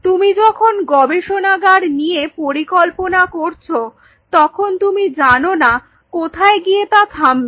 তুমি যখন গবেষণাগার নিয়ে পরিকল্পনা করছো তখন তুমি জানো না কোথায় গিয়ে তা থামবে